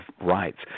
rights